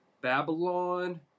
Babylon